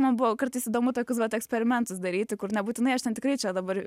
man buvo kartais įdomu tokius vat eksperimentus daryti kur nebūtinai aš ten tikrai čia dabar